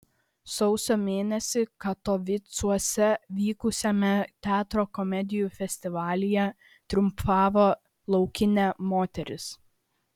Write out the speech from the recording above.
sausio mėnesį katovicuose vykusiame teatro komedijų festivalyje triumfavo laukinė moteris